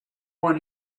one